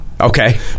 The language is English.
Okay